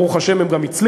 ברוך השם הם גם הצליחו,